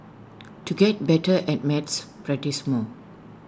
to get better at maths practise more